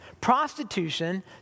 prostitution